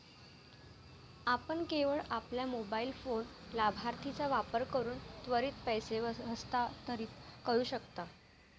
आपण केवळ आपल्या मोबाइल फोन लाभार्थीचा वापर करून त्वरित पैसे हस्तांतरित करू शकता